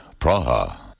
Praha